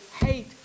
hate